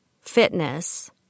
fitness